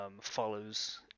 follows